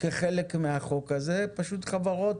כחלק מהחוק הזה, אלו חברות